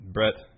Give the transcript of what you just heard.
Brett